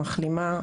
מחלימה,